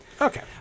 Okay